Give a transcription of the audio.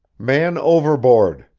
man overboard!